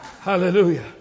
Hallelujah